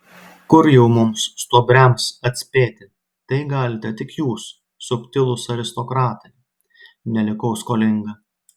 kur jau mums stuobriams atspėti tai galite tik jūs subtilūs aristokratai nelikau skolinga